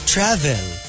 Travel